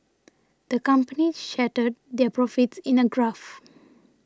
the company charted their profits in a graph